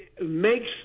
makes